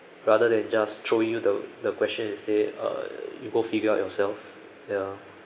rather than just throw you the the question and say err you go figure out yourself ya